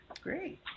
Great